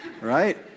right